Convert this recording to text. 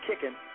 kicking